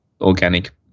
organic